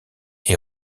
est